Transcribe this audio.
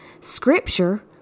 Scripture